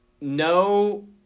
no